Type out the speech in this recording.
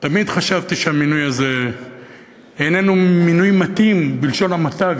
תמיד חשבתי שהמינוי הזה איננו מינוי מתאים בלשון המעטה,